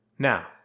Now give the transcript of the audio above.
Now